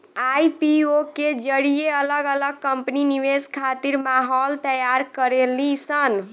IPO के जरिए अलग अलग कंपनी निवेश खातिर माहौल तैयार करेली सन